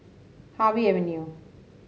Harvey Avenue